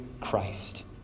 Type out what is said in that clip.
Christ